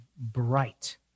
bright